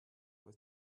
with